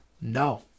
No